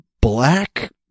black